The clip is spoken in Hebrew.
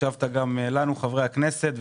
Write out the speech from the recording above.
הקשבת גם לנו חברי הכנסת,